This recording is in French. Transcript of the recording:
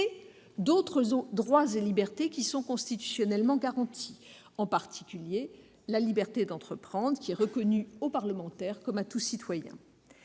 et d'autres droits et libertés constitutionnellement garantis, en particulier la liberté d'entreprendre reconnue au parlementaire comme à tout citoyen.